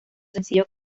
sencillo